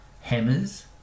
hammers